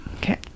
Okay